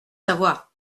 savoir